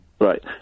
Right